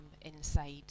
inside